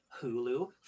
Hulu